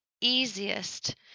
easiest